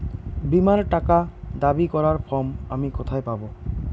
বীমার টাকা দাবি করার ফর্ম আমি কোথায় পাব?